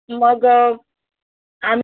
मग आम्